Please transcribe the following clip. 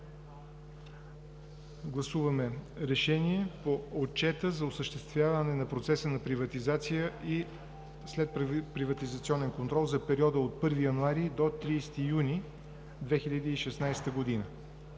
Гласуваме: „РЕШЕНИЕ по Отчета за осъществяване на процеса на приватизация и след приватизационен контрол за периода от 1 януари до 30 юни 2016 г.